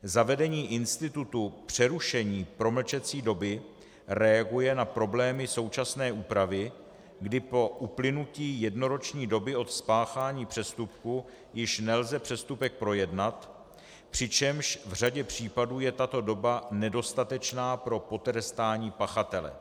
Zavedení institutu přerušení promlčecí doby reaguje na problémy současné úpravy, kdy po uplynutí jednoroční doby od spáchání přestupku již nelze přestupek projednat, přičemž v řadě případů je tato doba nedostatečná pro potrestání pachatele.